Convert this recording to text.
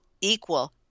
equal